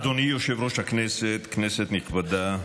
אדוני יושב-ראש הכנסת, כנסת נכבדה,